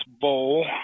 bowl